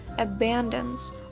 abandons